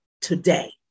today